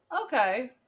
okay